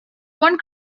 one